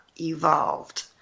evolved